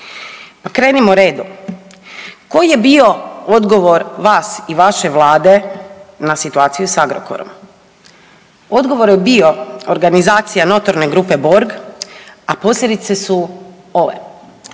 Krenimo redom. Koji je bio odgovor vas i vaše Vlade na situaciju sa Agrokorom? Odgovor je bio organizacija notorne grupe Borg, a posljedice su ove: